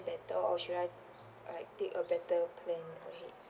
better or should I I take a better plan ahead